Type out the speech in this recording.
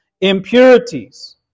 impurities